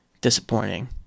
disappointing